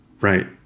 Right